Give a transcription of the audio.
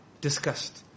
discussed